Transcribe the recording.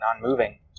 non-moving